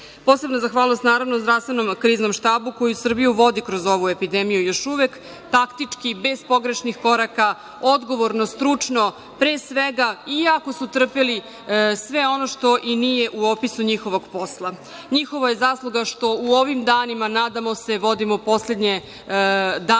štab. Posebna zahvalnost, naravno Zdravstvenom kriznom štabu koji Srbiju vodi kroz ovu epidemiju, još uvek taktički, bez pogrešnih koraka, odgovorno, stručno, pre svega iako su trpeli sve ono što i nije u opisu njihovog posla. Njihova je zasluga što u ovim danima, nadamo se vodimo poslednje dane,